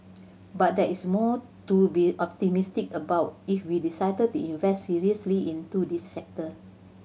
but there is more to be optimistic about if we decide to invest seriously into this sector